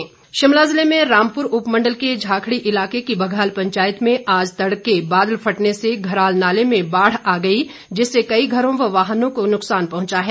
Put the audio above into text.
बादल फटा शिमला जिले में रामपुर उपमंडल के झाकड़ी इलाके की बघाल पंचायत में आज तड़के बादल फटने से धराल नाले में बाढ़ आ गई जिससे कई घरों व वाहनों को नुकसान पहुंचा है